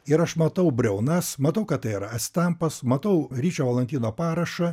ir aš matau briaunas matau kad tai yra estampas matau ryčio valantino parašą